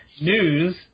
news